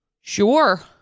sure